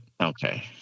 Okay